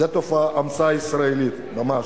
זאת המצאה ישראלית ממש,